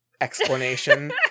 explanation